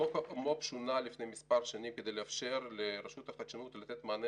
חוק המו"פ שונה לפני מספר שנים כדי לאפשר לרשות החדשנות לתת מענה